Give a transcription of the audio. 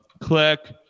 click